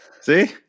See